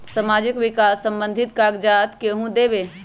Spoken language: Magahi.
समाजीक विकास संबंधित कागज़ात केहु देबे?